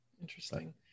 interesting